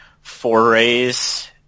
forays